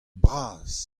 bras